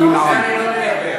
בגלל זה אני לא מדבר.